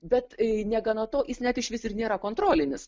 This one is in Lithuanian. bet negana to jis net išvis ir nėra kontrolinis